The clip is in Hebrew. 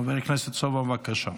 חבר הכנסת סובה, בבקשה.